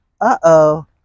Uh-oh